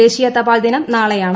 ദേശീയ തപാൽ ദിനം നാളെയാണ്